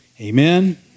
Amen